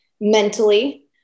mentally